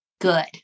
good